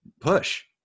push